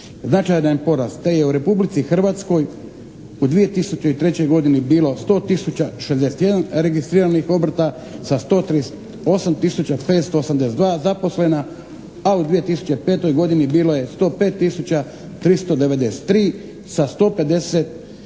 značajan porast te je u Republici Hrvatskoj u 2003. godini bilo 100 tisuća 061 registriranih obrta sa 138 tisuća 582 zaposlena a u 2005. godini bilo je 105 tisuća 393